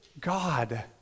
God